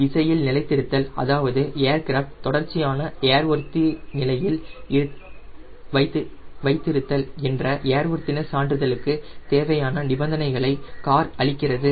விசையில் நிலைத்திருத்தல் அதாவது ஏர்கிராஃப்ட் தொடர்ச்சியான ஏர்வொர்த்தினஸ் நிலையில் வைத்திருத்தல் என்ற ஏர்வொர்த்தினஸ் சான்றிதழுக்கு தேவையான நிபந்தனைகளை CAR அளிக்கிறது